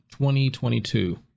2022